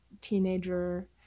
teenager